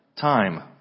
time